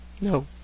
No